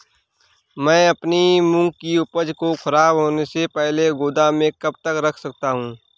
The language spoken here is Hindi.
मैं अपनी मूंग की उपज को ख़राब होने से पहले गोदाम में कब तक रख सकता हूँ?